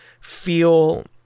feel